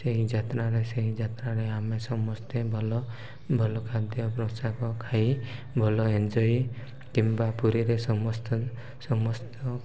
ସେହି ଯାତ୍ରାରେ ସେହି ଯାତ୍ରାରେ ଆମେ ସମସ୍ତେ ଭଲ ଭଲ ଖାଦ୍ୟ ପୋଷାକ ଖାଇ ଭଲ ଏନ୍ଞ୍ଜୟ କିମ୍ବା ପୁରୀରେ ସମସ୍ତ ସମସ୍ତ